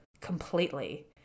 completely